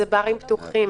זה ברים פתוחים,